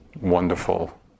wonderful